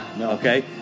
Okay